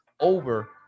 over